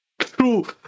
true